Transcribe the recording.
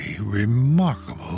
remarkable